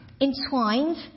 entwined